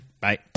Bye